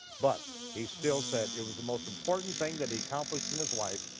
but he still said it was the most important thing that he accomplished in his life,